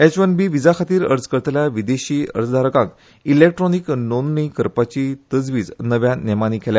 H one B व्हिजाखातीर अर्ज करतल्या विदेशी अर्जदारांक इलॅक्ट्रिोनिक नोंदणी करपाची तरतूद नव्या नेमानी केल्या